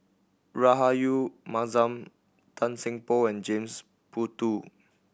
Rahayu Mahzam Tan Seng Poh and James Puthucheary